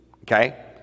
Okay